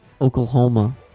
Oklahoma